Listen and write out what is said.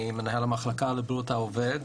אני מנהל המחלקה לבריאות העובד,